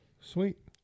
Sweet